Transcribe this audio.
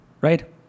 right